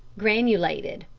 granulated,